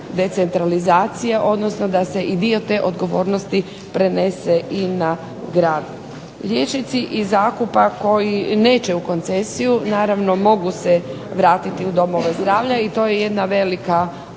procesu decentralizacije odnosno da se dio te odgovornosti prenese i na grad. Liječnici iz zakupa koji neće u koncesiju naravno mogu se vratiti u domove zdravlja i to je jedna velika mogućnost